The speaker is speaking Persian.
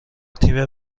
تیم